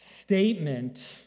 statement